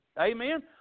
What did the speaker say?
Amen